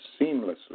seamlessly